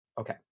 okay